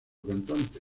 cantante